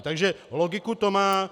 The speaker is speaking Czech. Takže logiku to má.